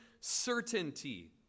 certainty